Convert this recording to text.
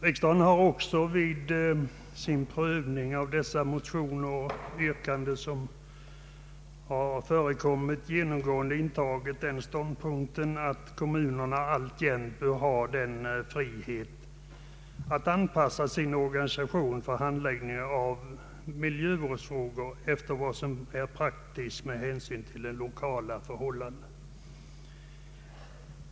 Riksdagen har också vid prövningen av motioner och yrkanden genomgående intagit den ståndpunkten, att kommunerna alltjämt bör ha frihet att anpassa sin organisation för handläggningen av miljövårdsfrågor efter vad som är praktiskt med hänsyn till de lokala förhållandena.